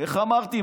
איך אמרתי,